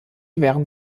während